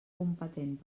competent